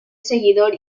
seguidor